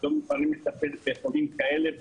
לא מוכנים לטפל בחולים כאלה,